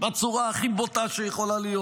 בצורה הכי בוטה שיכולה להיות.